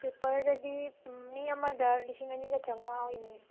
ꯁ꯭ꯂꯤꯄꯔꯗꯗꯤ ꯃꯤ ꯑꯃꯗ ꯂꯤꯁꯤꯡ ꯑꯅꯤꯒ ꯆꯃꯉꯥ ꯑꯣꯏꯅꯤꯑꯦ